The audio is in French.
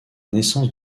naissance